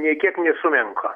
nė kiek nesumenko